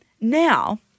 Now